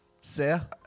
Sir